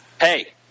hey